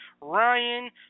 Ryan